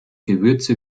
gewürze